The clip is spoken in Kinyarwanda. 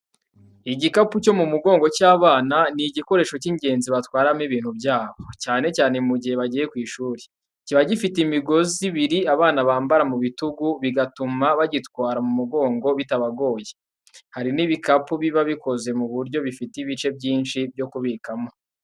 Igikapu cyo mu mugongo cy'abana, ni igikoresho cy’ingenzi batwaramo ibintu byabo, cyane cyane mu gihe bagiye ku ishuri. Kiba gifite imigozi ibiri abana bambara ku bitugu, bigatuma bagitwara mu mugongo bitabagoye. Hari n'ibikapu biba bikoze ku buryo bifite ibice byinshi byo kubikamo.